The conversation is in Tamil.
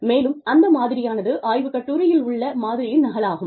மேலும் அந்த மாதிரியானது ஆய்வுக் கட்டுரையில் உள்ள மாதிரியின் நகலாகும்